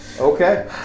Okay